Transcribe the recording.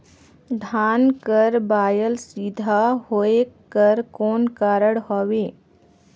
धान कर बायल सीधा होयक कर कौन कारण हवे?